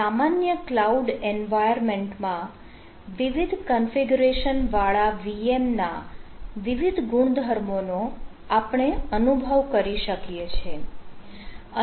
એક સામાન્ય ક્લાઉડ એન્વાયરમેન્ટમાં વિવિધ કન્ફિગરેશન વાળા VM ના વિવિધ ગુણધર્મોનો આપણે અનુભવ કરી શકીએ છે